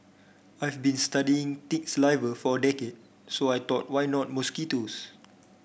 I've been studying tick saliva for a decade so I thought why not mosquitoes